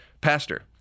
Pastor